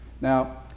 Now